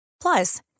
Plus